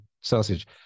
sausage